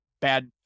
bad